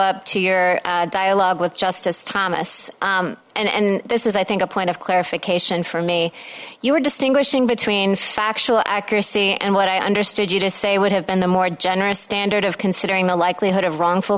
up to your dialogue with justice thomas and this is i think a point of clarification for me you were distinguishing between factual accuracy and what i understood you to say would have been a more generous standard of considering the likelihood of wrongful